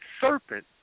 serpent